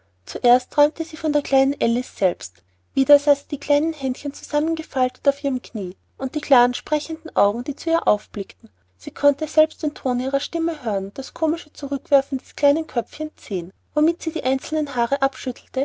zuerst träumte sie von der kleinen alice selbst wieder sah sie die kleinen händchen zusammengefaltet auf ihrem knie und die klaren sprechenden augen die zu ihr aufblickten sie konnte selbst den ton ihrer stimme hören und das komische zurückwerfen des kleinen köpfchens sehen womit sie die einzelnen haare abschüttelte